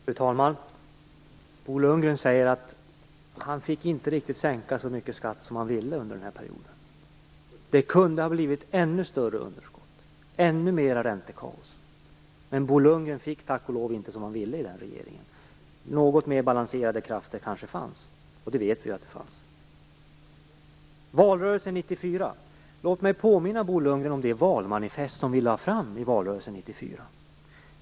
Fru talman! Bo Lundgren säger att han inte riktigt fick sänka skatten så mycket som han ville under den borgerliga perioden. Det kunde alltså ha blivit ännu större underskott och ännu större räntekaos. Tack och lov fick Bo Lundgren inte som han ville i den regeringen. Kanske fanns det något mera balanserade krafter - ja, det vet vi ju att det fanns. När det gäller valrörelsen 1994 vill jag påminna Bo Lundgren om det valmanifest som vi lade fram i valrörelsen 1994.